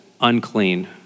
unclean